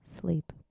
sleep